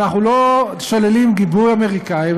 ואנחנו לא שוללים גיבוי אמריקני.